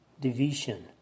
division